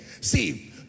See